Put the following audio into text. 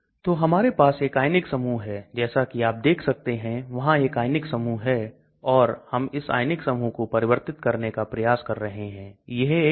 तो LogP लगातार नीचे जा रहा है जैसा कि आप देख सकते हैं 467 37 369 298 और घुलनशील ता काफी बढ़ गई है लगभग 700 गुना हो गई है जैसा कि आप देख सकते हैं रक्त में यह 74 है